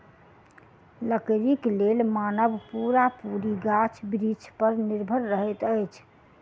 लकड़ीक लेल मानव पूरा पूरी गाछ बिरिछ पर निर्भर रहैत अछि